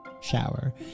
shower